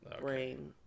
brain